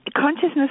consciousness